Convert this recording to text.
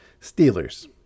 Steelers